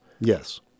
Yes